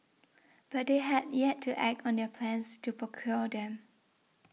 but they had yet to act on their plans to procure them